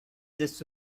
this